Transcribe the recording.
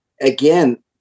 again